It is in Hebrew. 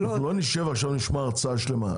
לא נשב עכשיו לשמוע הרצאה שלמה.